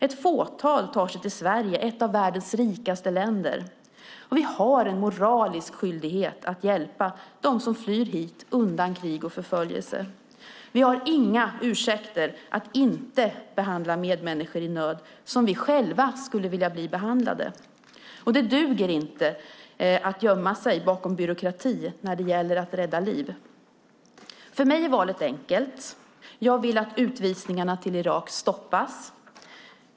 Ett fåtal tar sig till Sverige, ett av världens rikaste länder. Vi har en moralisk skyldighet att hjälpa dem som flyr hit undan krig och förföljelse. Vi har inga ursäkter att inte behandla medmänniskor i nöd som vi själva skulle vilja bli behandlade. Det duger inte att gömma sig bakom byråkrati när det gäller att rädda liv. För mig är valet enkelt. Jag vill att utvisningarna till Irak stoppas.